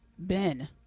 Ben